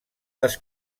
les